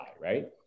right